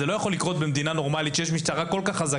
לא יכול לקרות במדינה נורמלית שיש לה משטרה חזקה,